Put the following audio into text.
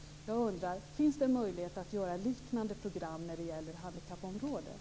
Jag undrar: Finns det en möjlighet att göra ett liknande program när det gäller handikappområdet?